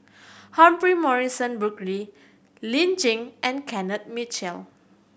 Humphrey Morrison Burkill Lin Chen and Kenneth Mitchell